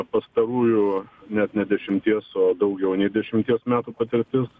pastarųjų net ne dešimties o daugiau nei dešimties metų patirtis